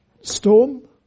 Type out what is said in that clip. storm